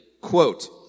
Quote